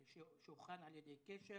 שהוכן על ידי "קשר